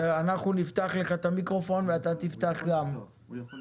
אנחנו פיתחנו ומייסדים את המיזם "נשק וסע" בבתי